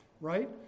right